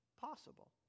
possible